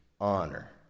honor